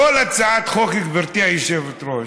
לכל הצעת חוק, גברתי היושבת-ראש,